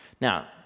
Now